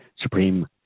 supreme